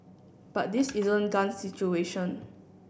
but this isn't guns situation